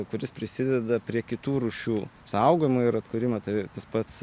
kuris prisideda prie kitų rūšių saugojimo ir atkūrimo tai tas pats